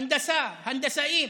הנדסה, הנדסאים,